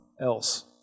else